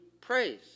praise